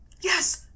Yes